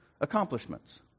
accomplishments